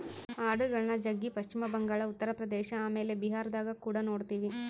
ಆಡುಗಳ್ನ ಜಗ್ಗಿ ಪಶ್ಚಿಮ ಬಂಗಾಳ, ಉತ್ತರ ಪ್ರದೇಶ ಆಮೇಲೆ ಬಿಹಾರದಗ ಕುಡ ನೊಡ್ತಿವಿ